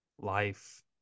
life